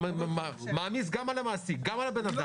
אתה מעמיס גם על המעסיק וגם על הבן אדם.